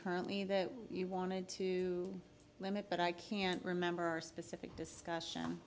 currently that you wanted to limit but i can't remember a specific discussion